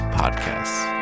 podcasts